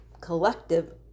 collective